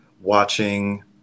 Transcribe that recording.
watching